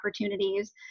opportunities